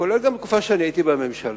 כולל גם בתקופה שאני הייתי בממשלה,